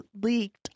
leaked